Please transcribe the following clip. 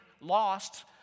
lost